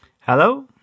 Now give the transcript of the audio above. Hello